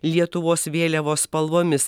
lietuvos vėliavos spalvomis